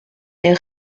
est